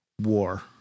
war